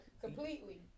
completely